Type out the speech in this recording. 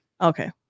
Okay